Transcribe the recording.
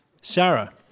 Sarah